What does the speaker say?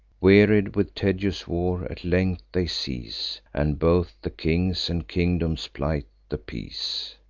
wearied with tedious war, at length they cease and both the kings and kingdoms plight the peace.